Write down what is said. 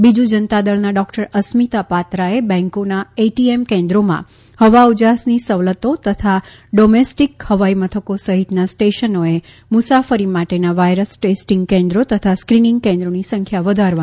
બીજુ જનતા દળના ડોકટર અસ્મિતા પાત્રાએ બેંકોના એટીએમ કેન્દ્રોમાં હવા ઉજાસની સવલતો તથા ડોમેસ્ટીક હવાઇ મથકો સહિતના સ્ટેશનોએ મુસાફરી માટેના વાયરસ ટેસ્ટીંગ કેન્દ્રો તથા સ્ક્રીનીંગ કેન્દ્રોની સંખ્યા વધારવાનો આગ્રહ કર્યો હતો